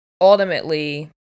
ultimately